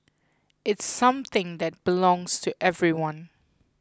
it's something that belongs to everyone